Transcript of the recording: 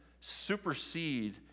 supersede